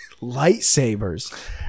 lightsabers